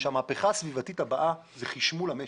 שהמהפכה הסביבתית הבאה היא חשמול המשק.